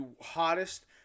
hottest